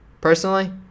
Personally